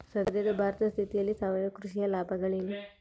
ಸದ್ಯ ಭಾರತದ ಸ್ಥಿತಿಯಲ್ಲಿ ಸಾವಯವ ಕೃಷಿಯ ಲಾಭಗಳೇನು?